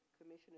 Commissioner